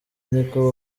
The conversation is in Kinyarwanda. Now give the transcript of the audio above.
niko